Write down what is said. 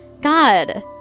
God